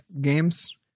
games